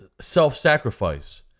self-sacrifice